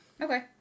Okay